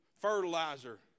fertilizer